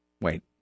Wait